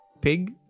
pig